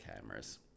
cameras